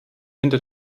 hinter